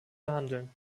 behandeln